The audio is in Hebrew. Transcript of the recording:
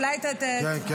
אולי --- כן,